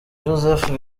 joseph